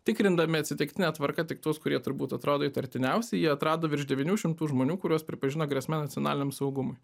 tikrindami atsitiktine tvarka tik tuos kurie turbūt atrodo įtartiniausi jie atrado virš devynių šimtų žmonių kuriuos pripažino grėsme nacionaliniam saugumui